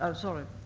um sorry,